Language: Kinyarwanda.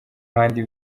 handi